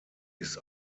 ist